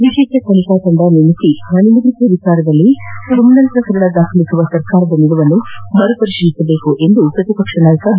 ವಿಶೇಷ ತನಿಖಾ ತಂಡ ನೇಮಿಸಿ ಧ್ವನಿ ಮುದ್ರಿಕೆ ವಿಚಾರದಲ್ಲಿ ಕ್ರಿಮಿನಲ್ ಪ್ರಕರಣ ದಾಖಲಿಸುವ ಸರ್ಕಾರದ ನಿಲುವನ್ನು ಮರು ಪರಿಶೀಲಿಸಬೇಕೆಂದು ಪ್ರತಿಪಕ್ಷ ನಾಯಕ ಬಿ